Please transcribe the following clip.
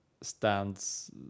stands